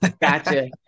Gotcha